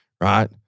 right